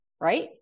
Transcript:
right